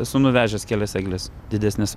esu nuvežęs kelias egles didesnes